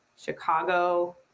Chicago